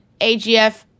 AGF